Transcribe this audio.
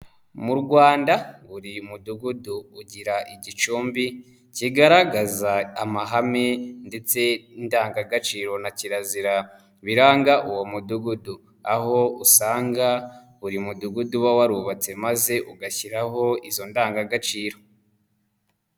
Mu Rwanda buri mudugudu ugira igicumbi kigaragaza amahame ndetse n'indangagaciro na kirazira biranga uwo mudugudu, aho usanga buri mudugudu uba warubatse maze ugashyiraho izo ndangagaciro.